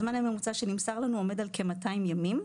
הזמן הממוצע שנמסר לנו עומד על כ-200 ימים.